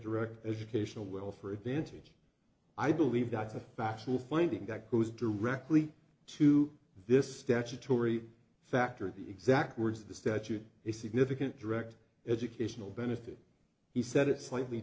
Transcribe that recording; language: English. direct educational well for advantage i believe that's a factual finding that goes directly to this statutory factor the exact words of the statute is significant direct educational benefit he said it slightly